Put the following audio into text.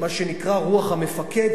מה שנקרא רוח המפקד,